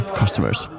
customers